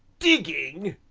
digging!